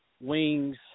wings